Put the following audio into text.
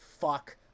fuck